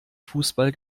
fußball